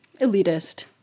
elitist